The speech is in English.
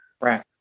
Right